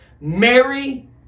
Mary